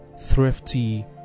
thrifty